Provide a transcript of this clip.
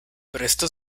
prestó